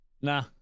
Nah